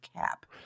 cap